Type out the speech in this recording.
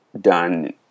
done